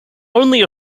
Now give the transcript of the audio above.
only